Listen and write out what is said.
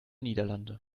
niederlande